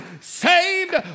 saved